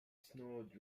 snowed